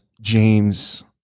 James